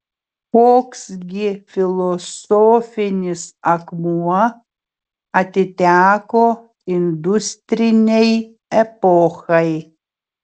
koks gi filosofinis akmuo atiteko industrinei epochai